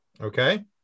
okay